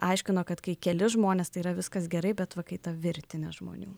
aiškino kad kai keli žmonės tai yra viskas gerai bet va kai ta virtinė žmonių